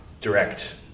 Direct